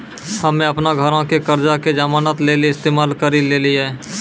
हम्मे अपनो घरो के कर्जा के जमानत लेली इस्तेमाल करि लेलियै